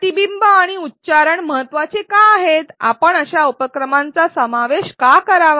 प्रतिबिंब आणि उच्चारण महत्त्वाचे का आहेत आपण अशा उपक्रमांचा समावेश का करावा